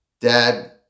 Dad